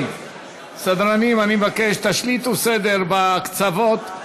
סדרנים, אני מבקש: תשליטו סדר, בקצוות.